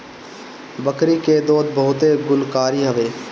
बकरी के दूध बहुते गुणकारी हवे